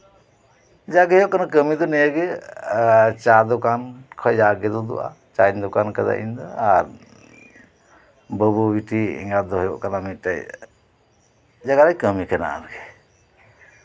ᱡᱟᱜᱮ ᱦᱩᱭᱩᱜ ᱠᱟᱱᱟ ᱠᱟᱹᱢᱤ ᱫᱚ ᱱᱤᱭᱟᱹᱜᱮ ᱪᱟ ᱫᱚᱠᱟᱱ ᱠᱷᱚᱱ ᱡᱟᱜᱮ ᱛᱩᱫᱩᱜᱼᱟ ᱪᱟᱧ ᱫᱚᱠᱟᱱ ᱠᱟᱫᱟ ᱤᱧ ᱫᱚ ᱟᱨ ᱵᱟᱹᱵᱩ ᱵᱤᱴᱤ ᱮᱸᱜᱟᱛ ᱫᱚ ᱦᱩᱭᱩᱜ ᱠᱟᱱᱟ ᱢᱤᱫᱴᱮᱱ ᱡᱟᱭᱜᱟᱨᱮ ᱠᱟᱹᱢᱤ ᱠᱟᱱᱟ ᱟᱨᱠᱤ